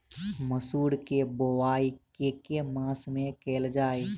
मसूर केँ बोवाई केँ के मास मे कैल जाए?